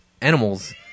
animals